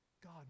God